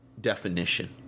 definition